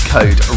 Code